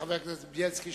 חבר הכנסת בילסקי,